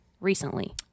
recently